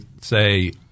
say